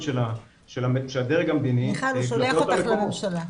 של הדרג המדיני --- מיכל הוא שולח אותך לממשלה.